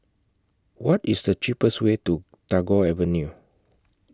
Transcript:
What IS The cheapest Way to Tagore Avenue